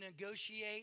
negotiate